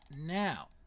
now